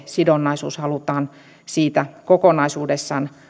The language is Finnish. sidonnaisuutta halutaan siitä kokonaisuudessaan